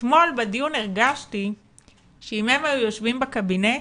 אתמול בדיון הרגשתי שאם הם היו יושבים בקבינט,